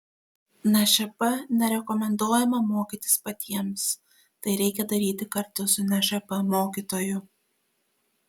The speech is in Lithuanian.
nšp nerekomenduojama mokytis patiems tai reikia daryti kartu su nšp mokytoju